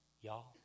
Y'all